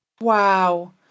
Wow